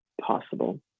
possible